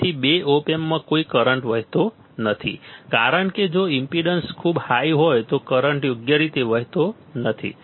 તેથી બે ઓપ એમ્પ્સમાં કોઈ કરંટ વહેતો નથી કારણ કે જો ઈમ્પેડન્સ ખૂબહાઈ હોય તો કરંટ યોગ્ય રીતે વહેતો નથી